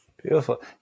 Beautiful